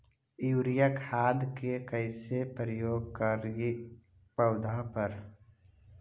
Urea खाद के कैसे प्रयोग करि पौधा पर?